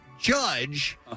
judge